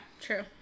true